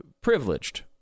privileged